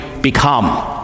become